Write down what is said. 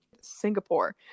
Singapore